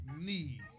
need